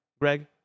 Greg